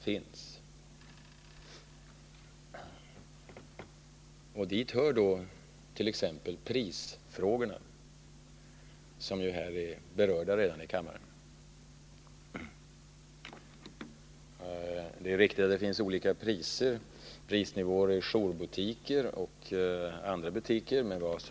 Till svårigheterna hör t.ex. prisfrågorna, som ju redan berörts här i kammaren. Det är riktigt att man har olika prisnivåer i jourbutiker och andra butiker.